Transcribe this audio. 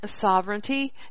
sovereignty